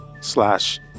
slash